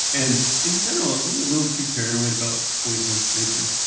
and in general, are we a little too paranoid about poisonous nature?